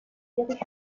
erich